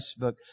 Facebook